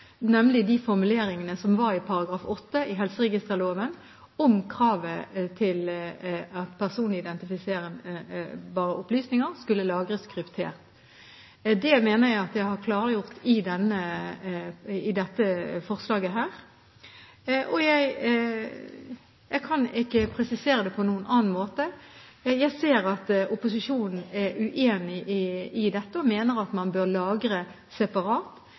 de formuleringene som var i § 8 i helseregisterloven, om kravet til at personidentifiserbare opplysninger skulle lagres kryptert, har skapt uklarhet. Det mener jeg at jeg har klargjort i dette forslaget. Jeg kan ikke presisere det på noen annen måte. Jeg ser at opposisjonen er uenig i dette og mener at man bør lagre separat.